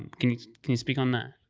can you speak on that?